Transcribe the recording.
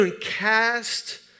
cast